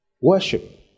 Worship